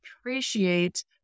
appreciate